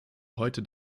heute